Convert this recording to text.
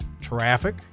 Traffic